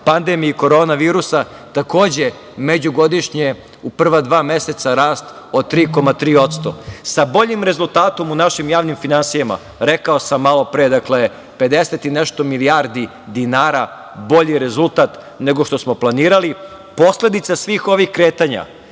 pandemiji korona virusa, takođe međugodišnje u prva dva meseca rast od 3,3%, sa boljim rezultatom u našim javnim finansijama, rekao sam malopre, dakle, 50 i nešto milijardi dinara bolji rezultat nego što smo planirali. Posledica svih ovih kretanja